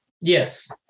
Yes